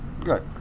good